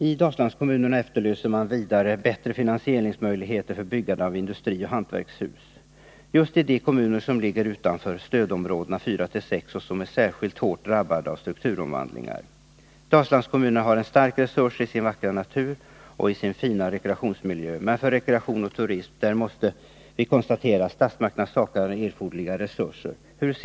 I Dalslandskommunerna efterlyser man vidare bättre finansieringsmöjligheter för byggande av industrioch hantverkshus just i de kommuner som ligger utanför stödområdena 4-6 och som är särskilt hårt drabbade av strukturomvandlingar. Dalslandskommunerna har en stark resurs i sin vackra natur och sin fina rekreationsmiljö. Men man måste konstatera att statsmakterna saknar erforderliga resurser för rekreation och turism.